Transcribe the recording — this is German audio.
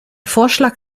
vorschlag